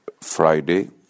Friday